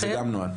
זה גם נוהל.